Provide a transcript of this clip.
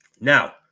Now –